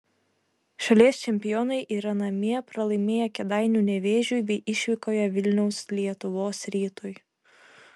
šalies čempionai yra namie pralaimėję kėdainių nevėžiui bei išvykoje vilniaus lietuvos rytui